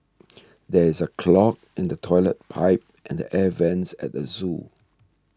there is a clog in the Toilet Pipe and the Air Vents at the zoo